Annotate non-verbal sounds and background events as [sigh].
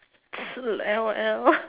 L_O_L [laughs]